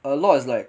a lot is like